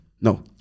no